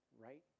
right